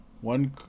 One